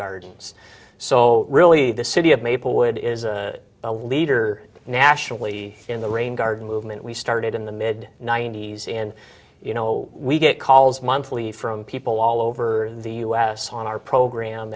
gardens so really the city of maplewood is a leader nationally in the rain garden movement we started in the mid ninety's and you know we get calls monthly from people all over the us on our program